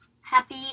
happy